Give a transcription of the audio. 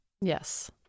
yes